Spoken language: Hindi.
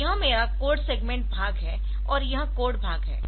तो यह मेरा कोड सेगमेंट भाग है यह कोड भाग है